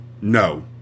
No